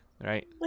right